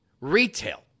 retail